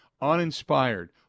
uninspired